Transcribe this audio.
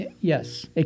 Yes